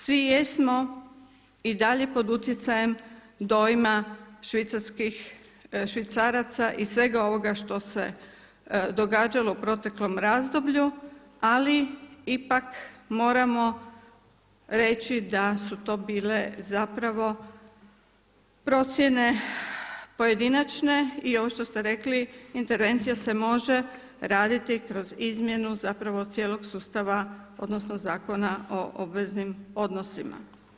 Svi jesmo i dalje pod utjecajem dojma švicaraca i svega ovog što se događalo u proteklom razdoblju, ali ipak moramo reći da su to bile zapravo procjene pojedinačne i ovo što ste rekli intervencija se može raditi kroz izmjenu cijelog sustava odnosno Zakona o obveznim odnosima.